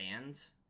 fans